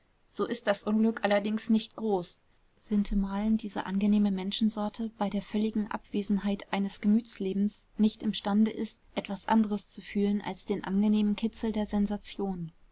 so ist das unglück allerdings nicht groß sintemalen diese angenehme menschensorte bei der völligen abwesenheit eines gemütslebens nicht imstande ist etwas anderes zu fühlen als den angenehmen kitzel der sensation